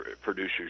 producers